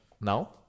Now